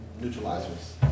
neutralizers